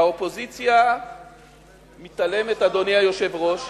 האופוזיציה מתעלמת, אדוני היושב-ראש,